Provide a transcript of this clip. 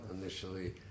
initially